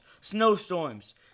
snowstorms